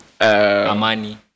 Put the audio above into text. Amani